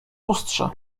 lustrze